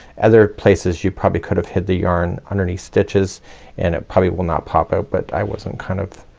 other places you probably could have hid the yarn underneath stitches and it probably will not pop out, but i wasn't kind of